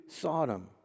Sodom